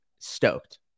stoked